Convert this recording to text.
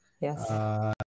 Yes